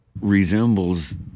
resembles